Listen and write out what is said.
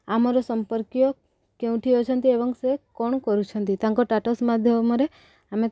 ଆମର ସମ୍ପର୍କୀୟ କେଉଁଠି ଅଛନ୍ତି ଏବଂ ସେ କ'ଣ କରୁଛନ୍ତି ତାଙ୍କ ସ୍ଟାଟସ୍ ମାଧ୍ୟମରେ ଆମେ